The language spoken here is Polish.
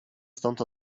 stąd